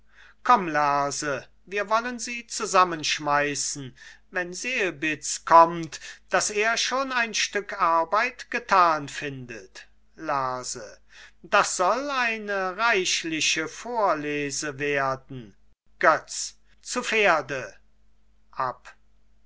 komm lerse wir wollen sie zusammenschmeißen wenn selbitz kommt daß er schon ein stück arbeit getan findet lerse das soll eine reichliche vorlese werden götz zu pferde